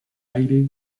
aire